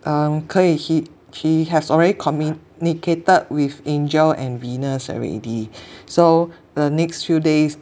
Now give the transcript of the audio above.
um 可以 he he has already communicated with angel and venus already so the next few days